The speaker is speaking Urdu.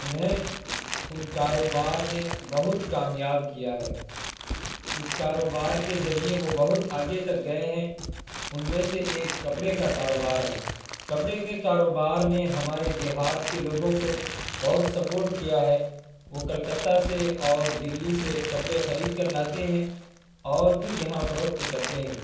انہیں ان کاروبار نے بہت کامیاب کیا ہے اس کاروبار کے ذریعے وہ بہت آگے تک گئے ہیں ان میں سے ایک کپڑے کا کاروبار ہے کپڑے کے کاروبار نے ہمارے دیہات کے لوگوں کو بہت سپورٹ کیا ہے وہ کلکتہ سے اور دہلی سے کپڑے خرید کر لاتے ہیں اور پھر یہاں فروخت کرتے ہیں